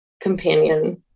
companion